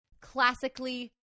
classically